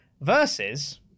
versus